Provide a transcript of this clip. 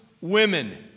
women